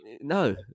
no